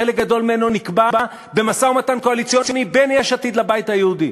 חלק גדול ממנו נקבע במשא-ומתן קואליציוני בין יש עתיד לבית היהודי.